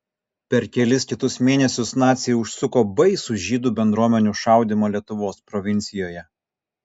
per kelis kitus mėnesius naciai užsuko baisų žydų bendruomenių šaudymą lietuvos provincijoje